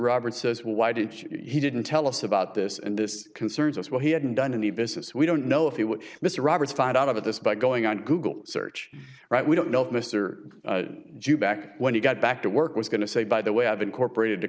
robert says why did he didn't tell us about this and this concerns us why he hadn't done any business we don't know if he would mr roberts find out about this by going on a google search right we don't know if mr jew back when he got back to work was going to say by the way i've incorporated the